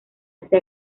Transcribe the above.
hace